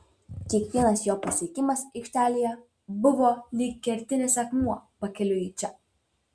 kiekvienas jo pasiekimas aikštelėje buvo lyg kertinis akmuo pakeliui į čia